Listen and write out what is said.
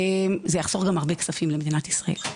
זה גם יחסוך הרבה כספים למדינת ישראל.